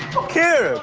ok.